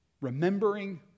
remembering